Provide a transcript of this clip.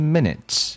Minutes